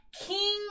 king